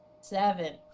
Seven